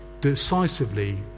decisively